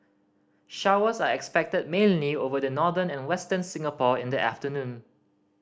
showers are expected mainly over the northern and Western Singapore in the afternoon